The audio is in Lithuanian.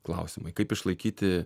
klausimai kaip išlaikyti